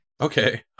okay